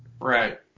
Right